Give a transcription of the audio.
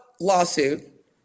lawsuit